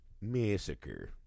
Massacre